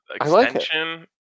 extension